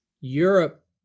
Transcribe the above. Europe